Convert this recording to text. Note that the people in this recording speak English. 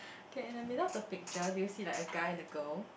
okay in the middle of the picture do you see like a guy and a girl